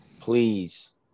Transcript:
please